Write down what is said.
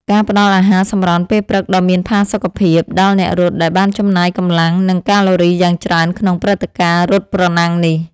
ការផ្ដល់អាហារសម្រន់ពេលព្រឹកដ៏មានផាសុកភាព ដល់អ្នករត់ដែលបានចំណាយកម្លាំង និងកាឡូរីយ៉ាងច្រើនក្នុងព្រឹត្តិការណ៍រត់ប្រណាំងនេះ។